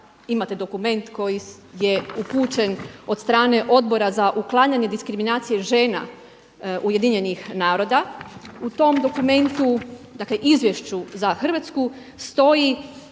imate dokument koji je upućen od strane Odbora za uklanjanje diskriminacije žena UN-a. U tom dokumentu, dakle izvješću za Hrvatsku stoji